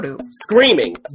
screaming